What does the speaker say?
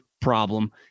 problem